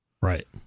Right